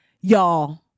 y'all